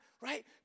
right